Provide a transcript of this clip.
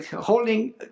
holding